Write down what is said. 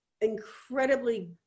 incredibly